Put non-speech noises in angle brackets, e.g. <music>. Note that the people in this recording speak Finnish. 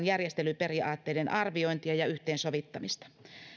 <unintelligible> järjestelyperiaatteiden arviointia ja yhteensovittamista